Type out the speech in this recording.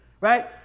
Right